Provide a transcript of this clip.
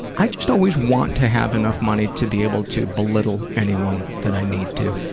i just always want to have enough money to be able to belittle anyone that i need to.